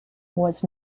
was